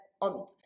on